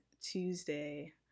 Tuesday